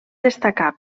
destacar